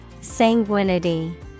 Sanguinity